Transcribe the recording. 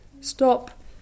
stop